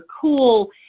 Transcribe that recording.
cool